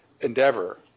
endeavor